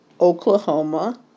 Oklahoma